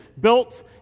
built